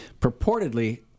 purportedly